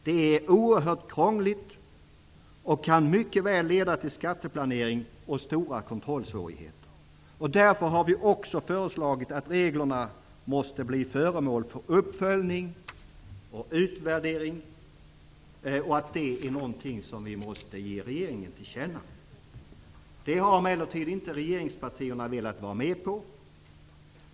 Det är oerhört krångligt och kan mycket väl leda till skatteplanering och stora kontrollsvårigheter. Därför har vi också föreslagit att reglerna måste bli föremål för uppföljning och utvärdering och att det är någonting som vi måste ge regeringen till känna. Det har emellertid inte regeringspartierna velat vara med på.